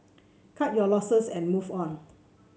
cut your losses and move on